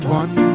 one